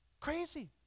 Crazy